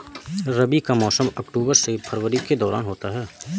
रबी का मौसम अक्टूबर से फरवरी के दौरान होता है